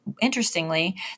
interestingly